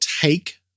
take